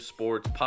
Sports